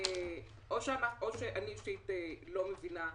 או שאני לא מבינה,